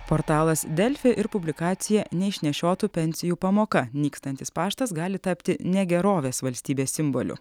portalas delfi ir publikacija neišnešiotų pensijų pamoka nykstantis paštas gali tapti negerovės valstybės simboliu